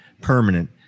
permanent